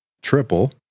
triple